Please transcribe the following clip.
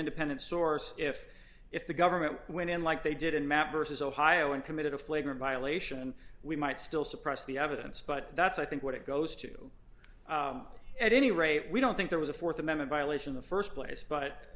independent source if if the government went in like they did in matt versus ohio and committed a flagrant violation we might still suppress the evidence but that's i think what it goes to at any rate we don't think there was a th amendment violation the st place but